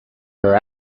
her